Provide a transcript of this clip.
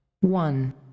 One